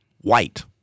White